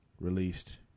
released